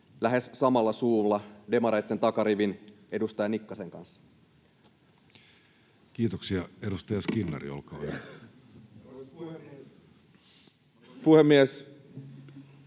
lähes samalla suulla demareitten takarivin, edustaja Nikkasen, kanssa. Kiitoksia. — Edustaja Skinnari, olkaa hyvä. Arvoisa